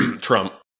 Trump